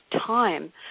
time